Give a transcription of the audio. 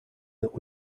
that